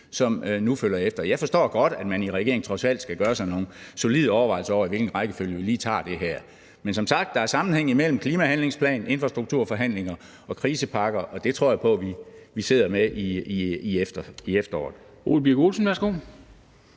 som nu følger efter. Jeg forstår godt, at man i regeringen trods alt skal gøre sig nogle solide overvejelser over, i hvilken rækkefølge man tager det her. Men som sagt er der sammenhæng mellem klimahandlingsplanen, infrastrukturforhandlingerne og krisepakker, og det tror jeg på at vi sidder med i efteråret.